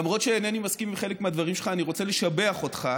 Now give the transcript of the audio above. למרות שאינני מסכים עם חלק מהדברים שלך אני רוצה לשבח אותך